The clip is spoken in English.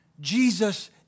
Jesus